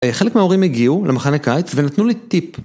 חלק מההורים הגיעו למחנה קיץ ונתנו לי טיפ.